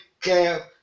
care